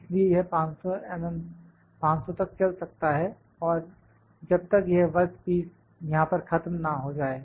इसलिए यह 500 तक चल सकता है और जब तक यह वर्कपीस यहां पर खत्म ना हो जाए